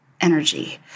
energy